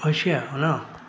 হৈছে আৰু ন